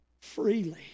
freely